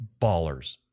ballers